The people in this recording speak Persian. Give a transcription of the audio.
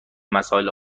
مسائل